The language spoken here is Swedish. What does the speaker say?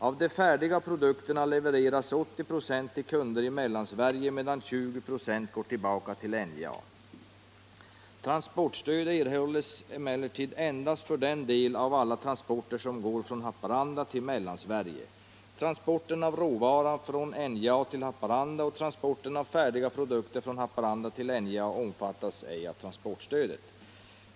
Av de färdiga produkterna levereras 80 96 till kunder i Mellansverige medan 20 96 går tillbaka till NJA. Transportstöd erhålles emellertid endast för den del av alla transporter som går från Haparanda till Mellansverige. Transporten av råvara från NJA till Haparanda och transporten av färdiga produkter från Haparanda till NJA omfattas ej av transportstödet.